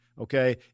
Okay